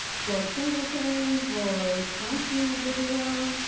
gord singleton for sponsoring the video,